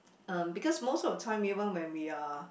um because most of the time even when we are